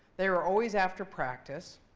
they were always after practice.